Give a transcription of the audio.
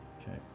Okay